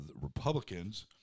Republicans